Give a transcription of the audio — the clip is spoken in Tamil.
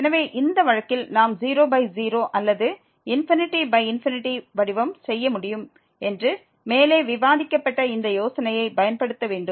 எனவே இந்த வழக்கில் நாம் 00 அல்லது ∞∞ வடிவம் செய்ய முடியும் என்று மேலே விவாதிக்கப்பட்ட இந்த யோசனையை பயன்படுத்த வேண்டும்